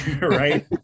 Right